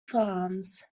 farms